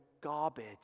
garbage